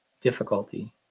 difficulty